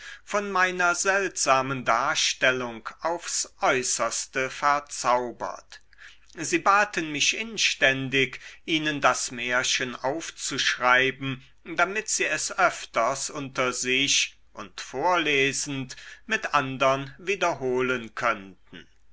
von meiner seltsamen darstellung aufs äußerste verzaubert sie baten mich inständig ihnen das märchen aufzuschreiben damit sie es öfters unter sich und vorlesend mit andern wiederholen könnten